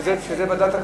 שזה ועדת,